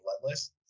bloodless